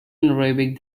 arabic